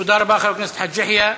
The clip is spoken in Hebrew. תודה רבה, חבר הכנסת חאג' יחיא.